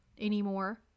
anymore